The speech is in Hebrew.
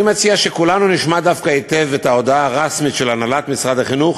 אני מציע שכולנו נשמע היטב דווקא את ההודעה הרשמית של הנהלת משרד החינוך